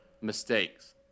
mistakes